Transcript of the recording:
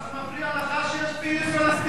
מה זה מפריע לך שיש פיוס פלסטיני?